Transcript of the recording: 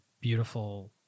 beautiful